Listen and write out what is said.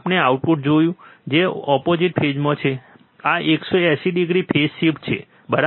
આપણે આઉટપુટ જોઇશું જે ઓપોઝીટ ફેઝમાં છે આ 180 ડિગ્રી ફેઝ શિફ્ટ છે બરાબર